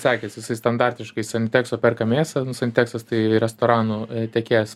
sekėsi jisai standartiškai iš sanitekso perka mėsą nu saniteksas tai restoranų tiekėjas